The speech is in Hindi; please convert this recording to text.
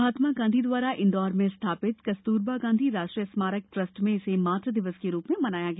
महात्मा गांधी द्वारा इंदौर में स्थापित कस्तूरबा गांधी राष्ट्रीय स्मारक ट्रस्ट में इसे मात दिवस के रूप में मनाया गया